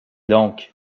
donc